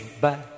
back